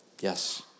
yes